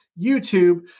YouTube